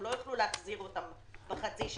הם לא יוכלו להחזיר אותם בחצי שנה הקרובה.